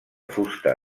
fusta